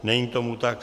Není tomu tak.